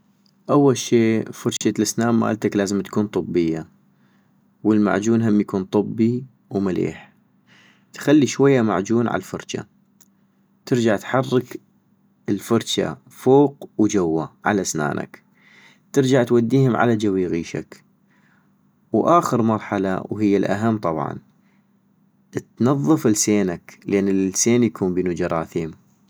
اول شي فرشة الاسنان مالتك لازم تكون طبية، والمعجون هم يكون طبي ومليح، تخلي شوية معجون عالفرجة، ترجع تحرك الفرجة فوق وجوا على سنانك، ترجع توديهم على جويغيشك، واخر شي مرحلة وهي الاهم طبعا، تنظف لسينك، لين اللسين يكون بينو جراثيم